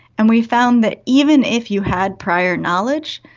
and we found that even if you had prior knowledge,